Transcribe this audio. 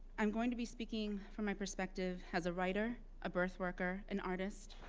i'm going to be speaking from my perspective as a writer, a birth worker an artist,